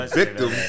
victim